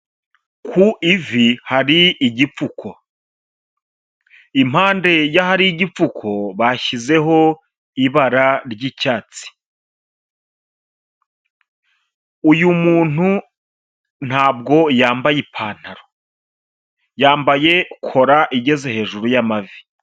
Ku ivi hari igipfuko. Impande y'ahari igipfuko bashyizeho ibara ry'icyatsi. Uyu muntu ntabwo yambaye ipantaro, yambaye kora igeze hejuru y'amavi.